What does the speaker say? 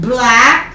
Black